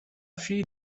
fille